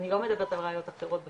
אני לא מדבר על ראיות אחרות בשטח,